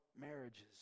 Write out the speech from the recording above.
marriages